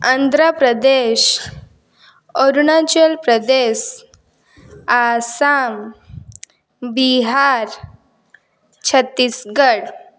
Andhra Pradesh Arunachal Pradesh Assam Bihar Chhattisgarh